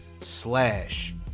slash